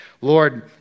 Lord